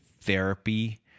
therapy